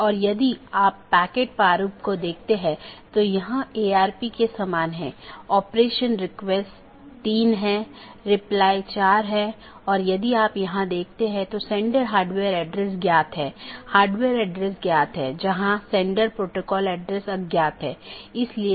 अब ऑटॉनमस सिस्टमों के बीच के लिए हमारे पास EBGP नामक प्रोटोकॉल है या ऑटॉनमस सिस्टमों के अन्दर के लिए हमारे पास IBGP प्रोटोकॉल है अब हम कुछ घटकों को देखें